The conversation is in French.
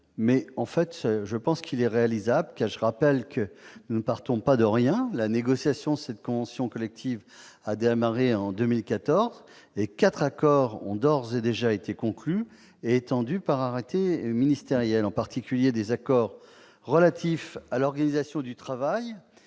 est, certes, un peu court, mais réalisable, car nous ne partons pas de rien : la négociation de cette convention collective a démarré en 2014 et quatre accords ont d'ores et déjà été conclus et étendus par arrêté ministériel, en particulier des accords relatifs à l'organisation du travail